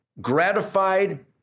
gratified